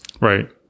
right